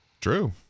True